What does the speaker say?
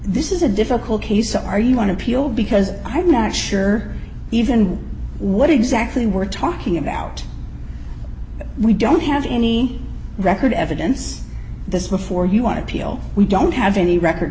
this is a difficult case so are you want to appeal because i'm not sure even what exactly we're talking about we don't have any record evidence this before you want to appeal we don't have any record